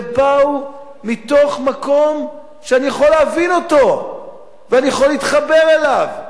ובאו מתוך מקום שאני יכול להבין אותו ואני יכול להתחבר אליו,